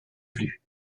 plus